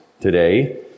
today